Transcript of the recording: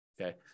Okay